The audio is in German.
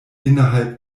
innerhalb